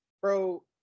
bro